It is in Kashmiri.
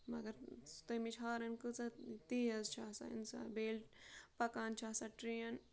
مگر تٔمِچ ہارَن کۭژاہ تیز چھِ آسان اَمہِ ساتہٕ بیٚیہِ ییٚلہِ پَکان چھِ آسان ٹرٛین